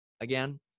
again